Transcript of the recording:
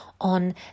on